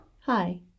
Hi